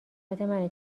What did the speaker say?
منه